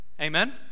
Amen